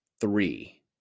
Three